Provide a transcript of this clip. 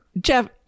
Jeff